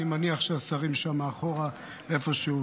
אני מניח שהשרים שם מאחור איפשהו,